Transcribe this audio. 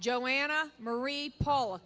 joanna marie pawla